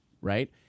right